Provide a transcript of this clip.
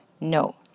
No